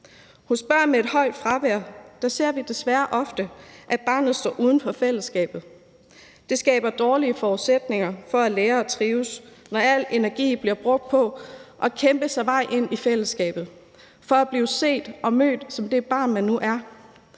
Hos børn med et højt fravær ser vi desværre ofte, at barnet står uden for fællesskabet. Det skaber dårlige forudsætninger for at lære og trives, når al energi bliver brugt på at kæmpe sig vej ind i fællesskabet for at blive set og mødt som det barn, man nu er.